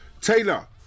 Taylor